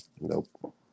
Nope